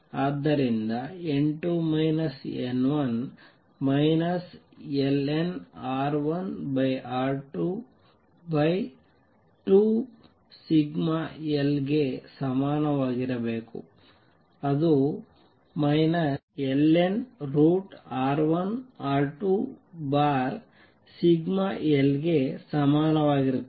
ಆದ್ದರಿಂದ n2 n1 lnR1R22l ಗೆ ಸಮನಾಗಿರಬೇಕು ಅದು ln√ σl ಗೆ ಸಮನಾಗಿರುತ್ತದೆ